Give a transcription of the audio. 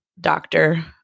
doctor